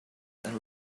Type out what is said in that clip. and